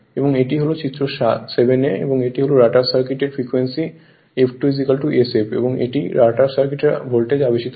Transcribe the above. এবং এটি হল চিত্র 7a এবং এটি হল রটার সার্কিটের ফ্রিকোয়েন্সি হল F2 sf এবং একটি রটার সার্কিটের ভোল্টেজ আবেশিত হয়